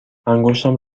انگشتم